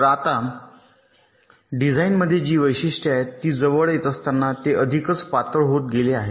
तर आता डिझाइनमध्ये जी वैशिष्ट्ये आहेत ती जवळ येत असताना ते अधिकच पातळ होत गेले आहेत